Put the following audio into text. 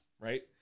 right